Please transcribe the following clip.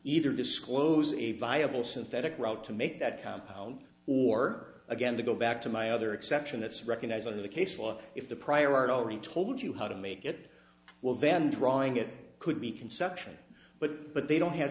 either disclose a viable synthetic route to make that compound or again to go back to my other exception that's recognized by the case well if the prior art already told you how to make it well then drawing it could be conception but but they don't have